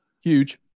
Huge